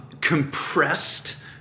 compressed